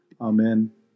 Amen